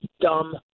dumb